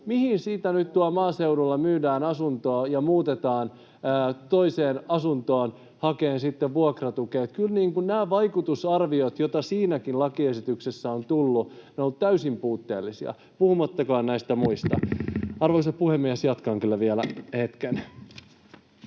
Mihin siitä nyt tuolla maaseudulla myydään asuntoa ja muutetaan toiseen asuntoon hakemaan sitten vuokratukea? Kyllä nämä vaikutusarviot, joita siihenkin lakiesitykseen on tullut, ovat olleet täysin puutteellisia, puhumattakaan näistä muista. — Arvoisa puhemies, jatkan kyllä vielä hetken.